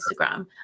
Instagram